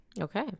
Okay